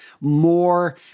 more